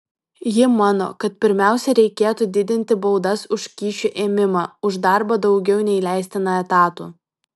ji mano kad pirmiausia reikėtų didinti baudas už kyšių ėmimą už darbą daugiau nei leistina etatų